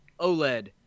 oled